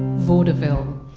vaudeville